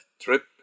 trip